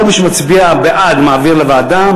כל מי שמצביע בעד מעביר לוועדה,